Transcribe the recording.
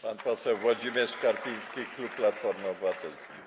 Pan poseł Włodzimierz Karpiński, klub Platformy Obywatelskiej.